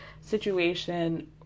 situation